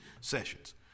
sessions